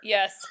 Yes